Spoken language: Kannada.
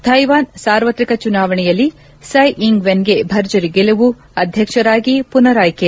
ಥೈವಾನ್ ಸಾರ್ವತ್ರಿಕ ಚುನಾವಣೆಯಲ್ಲಿ ಸೈ ಯಿಂಗ್ ವೆನ್ಗೆ ಭರ್ಜರಿ ಗೆಲವು ಅಧ್ಧಕ್ಷರಾಗಿ ಪುನರಾಯ್ಕೆ